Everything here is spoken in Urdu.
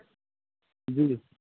جی